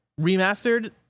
remastered